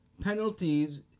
penalties